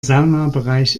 saunabereich